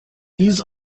these